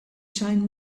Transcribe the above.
shine